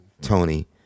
Tony